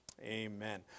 Amen